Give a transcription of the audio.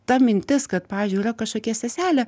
ta mintis kad pavyzdžiui yra kažkokia seselė